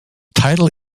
title